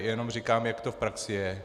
Jenom říkám, jak to v praxi je.